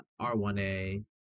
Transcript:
R1A